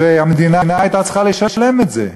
והמדינה הייתה צריכה לשלם את זה.